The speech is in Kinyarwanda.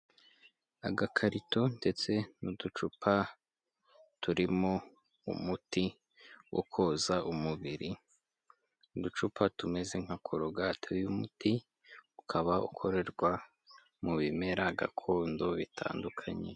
Agakarito ndetse n'uducupa turimo umuti wo koza umubiri, uducupa tumeze nka korogate y'umuti ukaba ukorerwa mu bimera gakondo bitandukanye.